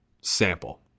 sample